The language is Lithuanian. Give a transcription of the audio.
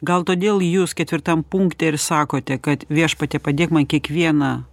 gal todėl jūs ketvirtam punkte ir sakote kad viešpatie padėk man kiekvieną